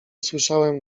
słyszałem